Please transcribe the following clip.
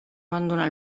abandonar